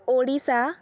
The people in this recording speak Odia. ଓଡ଼ିଶା